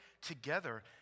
together